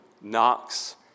knocks